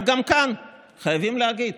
רק שגם כאן חייבים להגיד